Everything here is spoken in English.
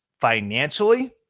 financially